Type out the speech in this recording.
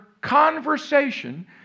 conversation